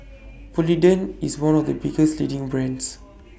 Polident IS one of The biggest leading brands